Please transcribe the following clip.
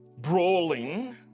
brawling